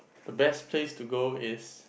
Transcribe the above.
the best place to go is